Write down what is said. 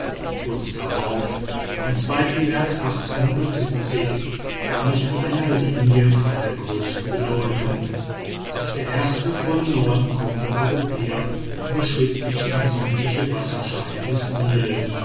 kurz darauf am märz kam ich an eine linie von der größten bedeutung als der erste von norden kommende europäer überschritt ich die südliche wasserscheide des nil